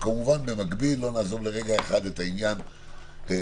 וכמובן שבמקביל לא נעזוב לרגע אחד את העניין שלדעתי